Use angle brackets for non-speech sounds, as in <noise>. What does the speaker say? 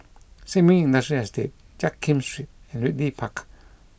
<noise> Sin Ming Industrial Estate Jiak Kim Street and Ridley Park